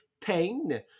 pain